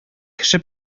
кеше